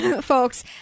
folks